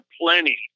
plenty